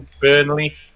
Burnley